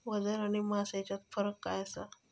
वजन आणि मास हेच्यात फरक काय आसा?